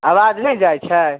आवाज नहि जाइत छै